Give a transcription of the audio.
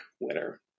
winner